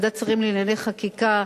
ועדת שרים לענייני חקיקה,